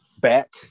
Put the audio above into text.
Back